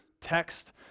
text